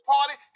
Party